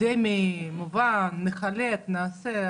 אקדמי, מובן נחלק, נעשה.